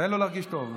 תן לו להרגיש טוב.